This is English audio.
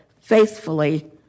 faithfully